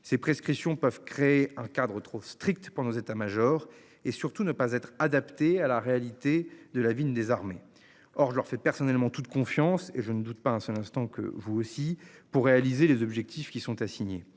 ces prescriptions peuvent créer un cadre trop strict pour nos états majors et surtout ne pas être adapté à la réalité de la ville désarmer. Or, je leur fais personnellement toute confiance et je ne doute pas un seul instant que vous aussi pour réaliser les objectifs qui sont assignés.